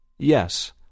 Yes